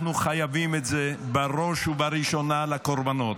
אנחנו חייבים את זה בראש ובראשונה לקורבנות,